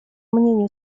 мнению